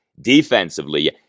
defensively